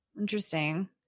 Interesting